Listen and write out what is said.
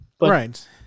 right